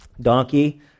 donkey